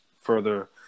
further